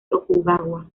tokugawa